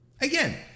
Again